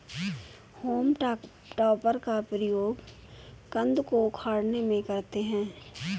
home टॉपर का प्रयोग कन्द को उखाड़ने में करते हैं